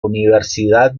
universidad